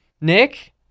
Nick